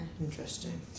Interesting